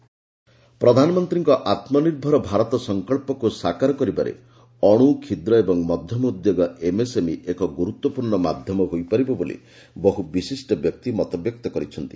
ଆତ୍ମନିର୍ଭର ଭାରତ ପ୍ରଧାନମନ୍ତ୍ରୀଙ୍କ ଆତ୍ମନିର୍ଭର ଭାରତ ସଂକଳ୍ପକୁ ସାକାର କରିବାରେ ଅଣୁ କ୍ଷୁଦ୍ର ଏବଂ ମଧ୍ୟମ ଉଦ୍ୟୋଗ ଏମ୍ଏସ୍ଏମ୍ଇ ଏକ ଗୁରୁତ୍ୱପୂର୍ଣ୍ଣ ମାଧ୍ୟମ ହୋଇପାରିବ ବୋଲି ବହୁ ବିଶିଷ୍ଟ ବ୍ୟକ୍ତି ମତବ୍ୟକ୍ତ କରିଛନ୍ତି